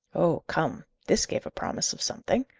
oh come! this gave a promise of something.